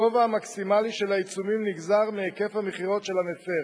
הגובה המקסימלי של העיצומים נגזר מהיקף המכירות של המפר.